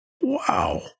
wow